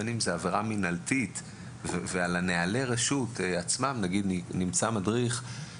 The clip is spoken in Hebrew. בין אם זו